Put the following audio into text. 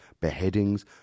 beheadings